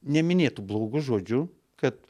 neminėtų blogu žodžiu kad